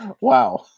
Wow